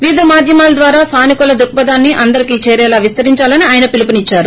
వివిధ మాధ్యమాల ద్వారా సానుకూల దృక్సథాన్ని అందరికీ చేరేలా విస్తరించాలని ఆయన పిలుపునిచ్చారు